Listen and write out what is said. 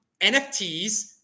NFTs